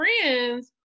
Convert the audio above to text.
friends